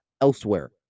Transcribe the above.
elsewhere